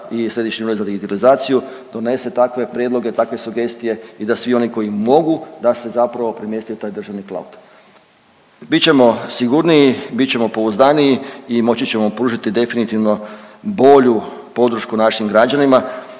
i Središnji ured za digitalizaciju donese takve prijedloge i takve sugestije i da svi oni koji mogu da se zapravo premjesti u taj državni cloud. Bit ćemo sigurniji, bit ćemo pouzdaniji i moći ćemo pružiti definitivno bolju podršku našim građanima,